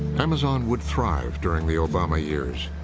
amazon would thrive during the obama years,